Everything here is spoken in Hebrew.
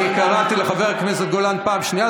אני קראתי לחבר הכנסת גולן פעם שנייה